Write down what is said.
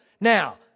Now